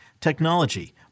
technology